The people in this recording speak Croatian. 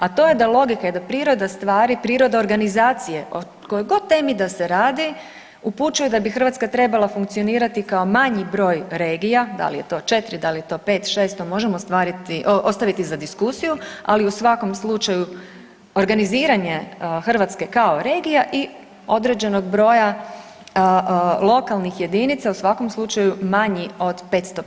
A to je da logika i da priroda stvari, priroda organizacije o kojoj god temi da se radi upućuje da bi Hrvatska treba funkcionirati kao manji broj regija da li je to 4, da li je 5, 6 to možemo ostaviti za diskusiju, ali u svakom slučaju organiziranje Hrvatske kao regija i određenog broja lokalnih jedinica u svakom slučaju manji od 555.